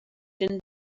din